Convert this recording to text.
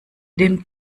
dem